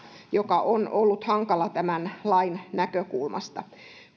joka on ollut hankala tämän lain näkökulmasta